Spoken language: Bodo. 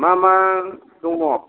मा मा दङ